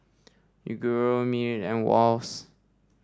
Yoguru Mili and Wall's